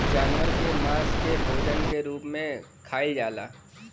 जानवर के मांस के भोजन के रूप में खाइल जाला